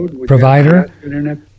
provider